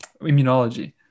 immunology